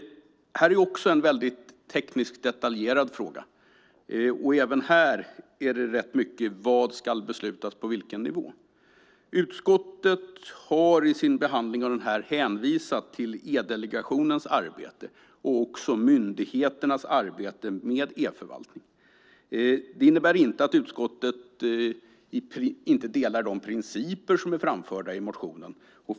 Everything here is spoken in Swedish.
Det är också en tekniskt väldigt detaljerad fråga. Även här handlar det mycket om vad som ska beslutas på vilken nivå. Utskottet har i sin behandling av detta hänvisat till E-delegationens arbete och till myndigheternas arbete med e-förvaltning. Det innebär inte att utskottet inte delar de principer som är framförda i motionen.